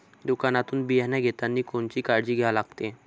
दुकानातून बियानं घेतानी कोनची काळजी घ्या लागते?